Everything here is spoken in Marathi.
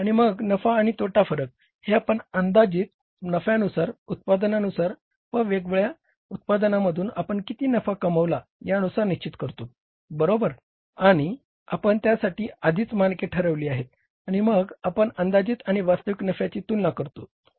आणि मग नफा आणि तोटा फरक हे आपण अंदाजित नफ्यानुसार उत्पादनानुसार व वेगवेगळ्या उत्पादनांमधून आपण किती नफा कमावला यानुसार निश्चित करतोत बरोबर आणि आपण त्यासाठी आधिच मानके ठरविली आहेत आणि मग आपण अंदाजित आणि वास्तविक नफ्याची तुलना करतोत